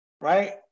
right